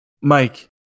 Mike